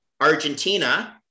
Argentina